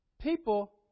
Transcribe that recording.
people